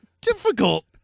difficult